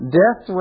death